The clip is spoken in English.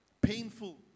Painful